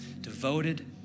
devoted